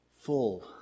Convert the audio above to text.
Full